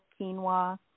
quinoa